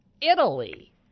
Italy